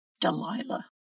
Delilah